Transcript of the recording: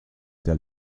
der